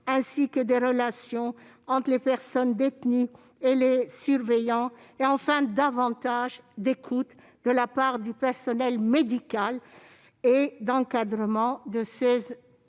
ainsi que des relations entre les personnes détenues et les surveillants. Nous attendons aussi davantage d'écoute de la part du personnel médical et d'encadrement de ces